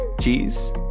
cheese